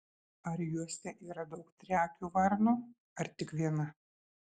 ar juose yra daug triakių varnų ar tik viena